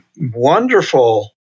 wonderful